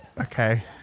Okay